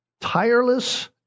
Tireless